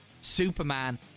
Superman